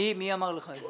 מי אמר לך את זה?